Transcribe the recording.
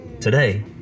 Today